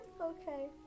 Okay